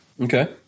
Okay